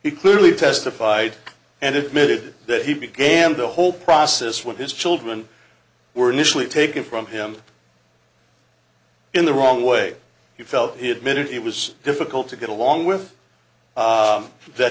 he clearly testified and admitted that he began the whole process with his children were initially taken from him in the wrong way he felt he admitted it was difficult to get along with that